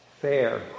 fair